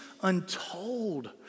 untold